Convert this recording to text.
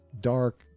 dark